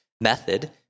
method